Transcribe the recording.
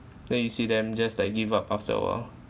then you see them just like give up after awhile